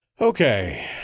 Okay